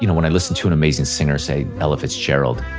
you know when i listen to an amazing singer, say ella fitzgerald.